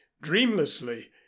dreamlessly